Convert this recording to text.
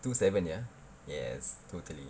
two seven ya yes totally